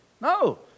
No